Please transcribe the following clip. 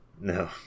no